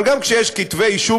אבל גם כשיש כתבי אישום,